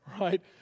right